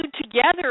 together